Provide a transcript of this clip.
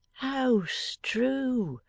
oh strew,